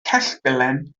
cellbilen